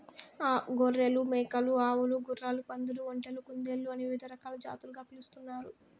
గొర్రెలు, మేకలు, ఆవులు, గుర్రాలు, పందులు, ఒంటెలు, కుందేళ్ళు అని వివిధ రకాల జాతులుగా పిలుస్తున్నారు